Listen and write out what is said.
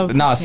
no